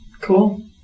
Cool